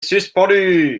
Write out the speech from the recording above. suspendue